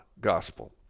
gospel